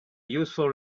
useful